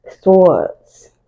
swords